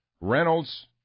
Reynolds